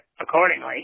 accordingly